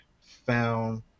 found